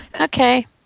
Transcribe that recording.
Okay